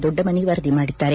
ದೊಡ್ಡಮನಿ ವರದಿ ಮಾಡಿದ್ದಾರೆ